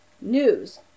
news